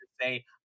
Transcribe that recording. say